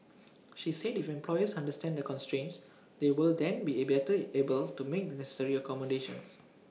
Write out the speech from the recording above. she said if employers understand the constraints they will then be at better able to make the necessary accommodations